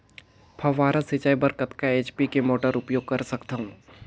फव्वारा सिंचाई बर कतका एच.पी के मोटर उपयोग कर सकथव?